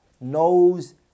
knows